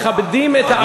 מכבדים את ההכרעה,